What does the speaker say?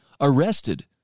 arrested